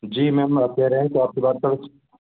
जी ma'am आप कह रहे तो आपकी बात का कुछ